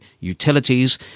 Utilities